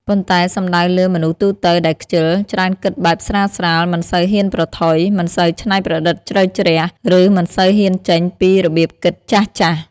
ប៉ុន្តែសំដៅលើ មនុស្សទូទៅដែលខ្ជិល ច្រើនគិតបែបស្រាលៗ មិនសូវហ៊ានប្រថុយ មិនសូវច្នៃប្រឌិតជ្រៅជ្រះ ឬមិនសូវហ៊ានចេញពីរបៀបគិតចាស់ៗ។